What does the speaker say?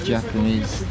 Japanese